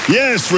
yes